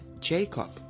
Jacob